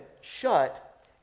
shut